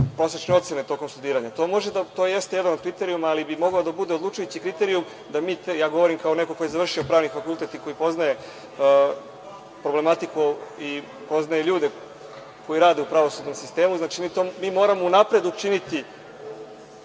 prosečne ocene tokom studiranja. To jeste jedan od kriterijuma, ali bi mogao da bude odlučujući kriterijum, ja govorim kao neko ko je završio pravni fakultet i koji poznaje problematiku i poznaje ljude koji rade u pravosudnom sistemu, znači, mi moramo unapred učiniti